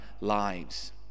lives